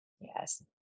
Yes